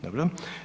Dobro.